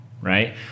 Right